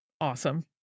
awesome